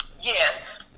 Yes